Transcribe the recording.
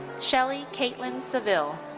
shelly kaitlin saville.